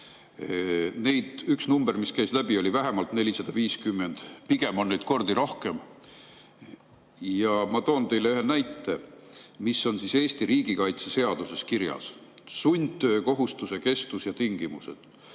olnud. Üks number, mis käis läbi, oli vähemalt 450, pigem on neid mitu korda rohkem. Ma toon teile ühe näite, mis on Eesti riigikaitseseaduses kirjas: sundtöökohustuse kestus ja tingimused.